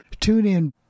TuneIn